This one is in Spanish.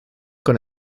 con